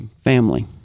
family